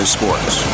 Sports